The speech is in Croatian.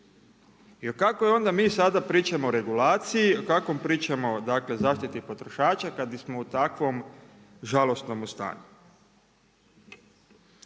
Jer kako mi onda pričamo o regulaciji, kako pričamo o zaštiti potrošača, kada smo u takvom žalosnom stanju.